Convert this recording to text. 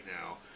now